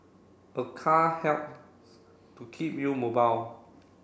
a car helps to keep you mobile